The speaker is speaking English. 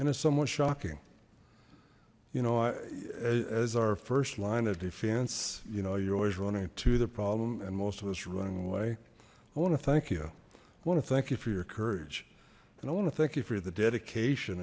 it's somewhat shocking you know i as our first line of defense you know you're always running to the problem and most of us are running away i want to thank you i want to thank you for your courage and i want to thank you for the dedication